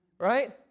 right